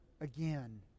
again